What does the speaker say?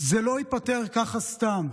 זה לא ייפתר ככה סתם.